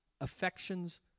affections